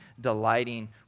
delighting